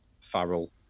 Farrell